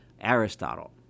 Aristotle